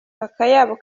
akayabo